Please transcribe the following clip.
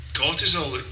cortisol